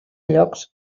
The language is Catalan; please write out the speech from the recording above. llocs